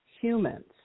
humans